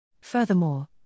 Furthermore